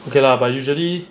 okay lah but usually